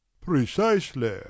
Precisely